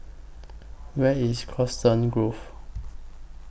Where IS Coniston Grove